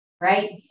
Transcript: right